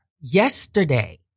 Yesterday